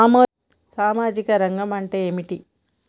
సామాజిక రంగం అంటే ఏమిటి?